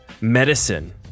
medicine